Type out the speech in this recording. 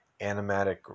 animatic